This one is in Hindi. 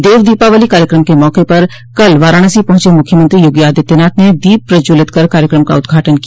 देव दीपावली कार्यक्रम के मौके पर कल वाराणसी पहुंचे मुख्यमंत्री योगी आदित्यनाथ ने दीप प्रज्ज्वलित कर कार्यक्रम का उद्घाटन किया